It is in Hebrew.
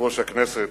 הכנסת,